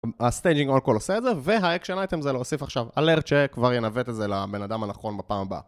הסטייג'ינג אונקול עושה את זה, והאקשן אייטם זה להוסיף עכשיו אלרט, כבר ינווט את זה לבן אדם הנכון בפעם הבאה.